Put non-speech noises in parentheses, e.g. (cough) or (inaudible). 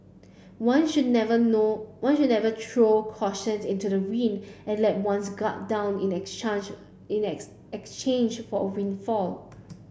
one should never no one should never throw caution into the wind and let one's guard down in (unintelligible) in (unintelligible) exchange for a windfall